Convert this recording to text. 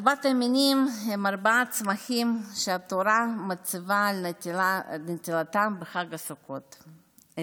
ארבעת המינים הם ארבעה צמחים שהתורה מצווה על נטילתם בחג הסוכות,